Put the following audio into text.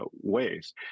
ways